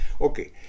Okay